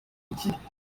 mahugurwa